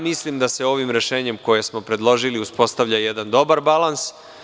Mislim da sa ovim rešenjem koje smo predložili uspostavlja jedan dobar balans.